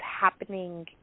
happening